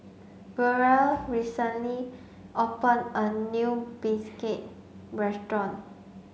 Burrel recently opened a new Bistake restaurant